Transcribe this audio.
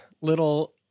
little